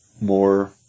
more